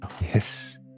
Yes